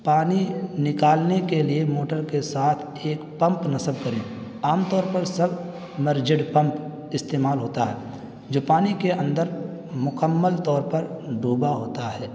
پانی نکالنے کے لیے موٹر کے ساتھ ایک پمپ نصب کریں عام طور پر سبمرجڈ پمپ استعمال ہوتا ہے جو پانی کے اندر مکمل طور پر ڈوبا ہوتا ہے